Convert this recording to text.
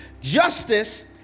justice